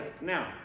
Now